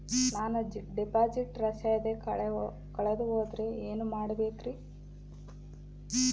ನಾನು ಡಿಪಾಸಿಟ್ ರಸೇದಿ ಕಳೆದುಹೋದರೆ ಏನು ಮಾಡಬೇಕ್ರಿ?